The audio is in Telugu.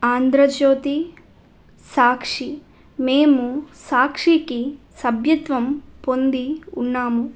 ఆంధ్రజ్యోతి సాక్షి మేము సాక్షికి సభ్యత్వం పొంది ఉన్నాము